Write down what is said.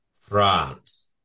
France